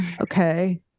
okay